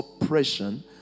oppression